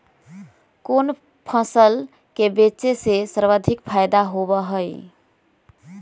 कोन फसल के बेचे से सर्वाधिक फायदा होबा हई?